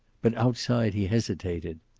but outside he hesitated.